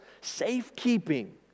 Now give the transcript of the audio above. safekeeping